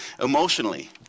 emotionally